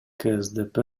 ксдп